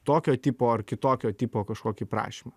tokio tipo ar kitokio tipo kažkokį prašymą